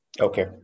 Okay